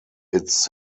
its